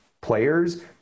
players